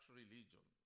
religion